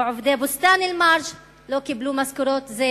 ועובדי בוסתן-אל-מרג' לא קיבלו משכורות זה